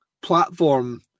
platform